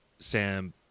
Sam